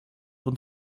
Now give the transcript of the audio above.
und